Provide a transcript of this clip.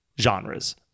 Genres